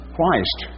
Christ